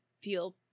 feel